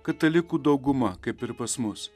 katalikų dauguma kaip ir pas mus